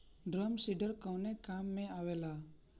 Drum seeder कवने काम में आवेला?